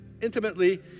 intimately